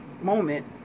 moment